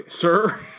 Sir